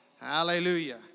Hallelujah